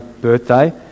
birthday